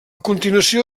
continuació